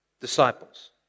disciples